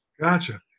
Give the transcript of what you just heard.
Gotcha